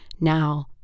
Now